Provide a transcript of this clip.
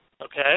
Okay